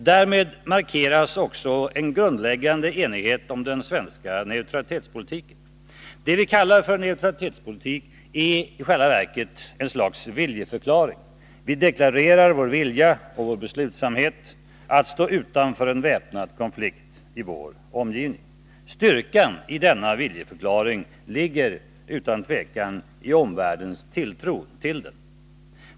Därmed markeras också en grundläggande enighet om den svenska neutralitetspolitiken. Det vi kallar för neutralitetspolitik är i själva verket étt slags viljeförklaring; vi deklarerar vår vilja och vår beslutsamhet när det gäller att stå utanför en väpnad konflikt i vår omgivning. Styrkan i denna viljeförklaring ligger utan tvivel i omvärldens tilltro till den.